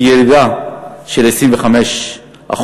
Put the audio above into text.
בירידה של 25%,